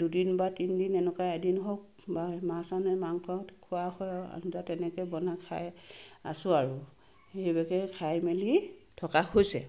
দুদিন বা তিনিদিন এনেকুৱা এদিন হওক বা মাছ আনে মাংস খোৱা হয় আৰু আণ্ডা তেনেকৈ বনাই খাই আছোঁ আৰু সেইভাগেই খাই মেলি থকা হৈছে